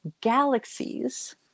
galaxies